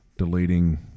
Deleting